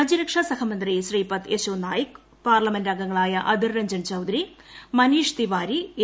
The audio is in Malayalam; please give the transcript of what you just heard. രാജ്യരക്ഷാ സഹമന്ത്രി ശ്രീപദ് യശോനായിക് പാർലമെന്റ് അംഗങ്ങളായ അദിർ രഞ്ജൻ ചൌധരി മനീഷ് തിവാരി എ